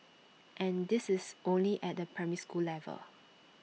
and this is only at the primary school level